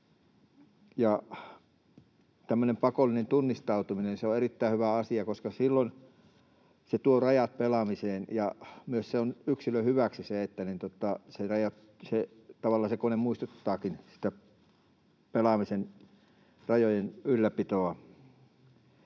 pakollinen tunnistautuminen on erittäin hyvä asia, koska silloin se tuo rajat pelaamiseen, ja myös se on yksilön hyväksi, että tavallaan se kone muistuttaakin siitä pelaamisen rajojen ylläpidosta.